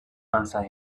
answer